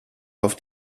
auf